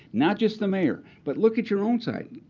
not just the mayor. but look at your own site.